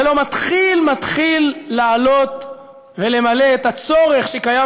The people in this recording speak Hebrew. זה לא מתחיל לעלות ולמלא את הצורך שקיים